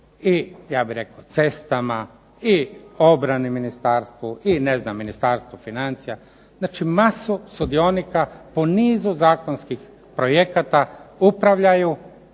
i ja bih rekao cestama i obrani ministarstvu, i ne znam Ministarstvu financija. Znači, masu sudionika po nizu zakonskih projekata upravljaju